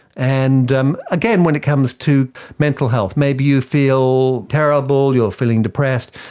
and um again, when it comes to mental health, maybe you feel terrible, you're feeling depressed,